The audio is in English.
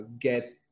get